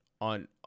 on